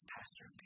Pastor